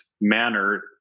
manner